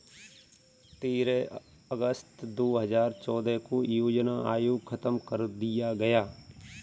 तेरह अगस्त दो हजार चौदह को योजना आयोग खत्म कर दिया गया